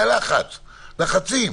היה לחץ, לחצים.